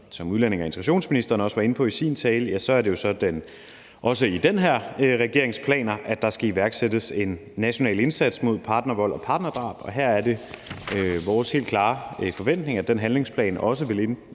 som udlændinge- og integrationsministeren også var inde på i sin tale, er det jo så også med i den her regerings planer, at der skal iværksættes en national indsats mod partnervold og partnerdrab. Og her er det vores helt klare forventning, at den handlingsplan også vil indeholde